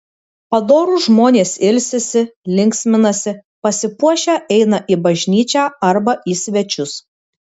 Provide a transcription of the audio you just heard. padorūs žmonės ilsisi linksminasi pasipuošę eina į bažnyčią arba į svečius